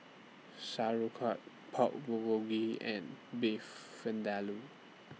Sauerkraut Pork Bulgogi and Beef Vindaloo